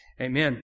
Amen